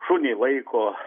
šunį laiko